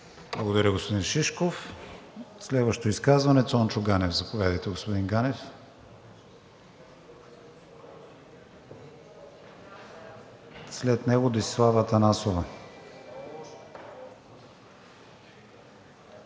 Благодаря, господин Шишков. Следващото изказване – Цончо Ганев. Заповядайте, господин Ганев. След него – Десислава Атанасова.